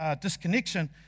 disconnection